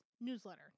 newsletter